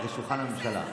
אסור לך לשבת בשולחן הממשלה.